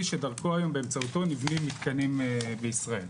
שדרכו ובאמצעותו נבנים מתקנים בישראל.